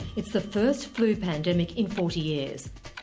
it's the first flu pandemic in forty years.